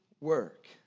work